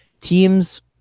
Teams